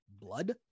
blood